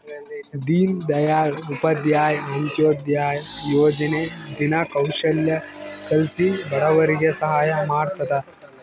ದೀನ್ ದಯಾಳ್ ಉಪಾಧ್ಯಾಯ ಅಂತ್ಯೋದಯ ಯೋಜನೆ ದಿನ ಕೌಶಲ್ಯ ಕಲ್ಸಿ ಬಡವರಿಗೆ ಸಹಾಯ ಮಾಡ್ತದ